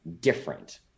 different